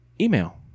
email